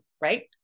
right